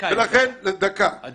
לכן אני